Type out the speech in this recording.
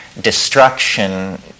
destruction